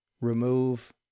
remove